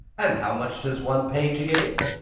and how much does one pay to get in?